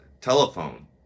telephone